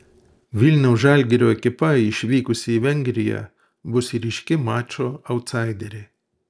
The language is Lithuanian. vilniaus žalgirio ekipa išvykusi į vengriją bus ryški mačo autsaiderė